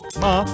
ma